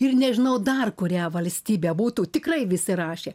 ir nežinau dar kurią valstybę būtų tikrai visi rašė